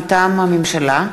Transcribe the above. מטעם הממשלה: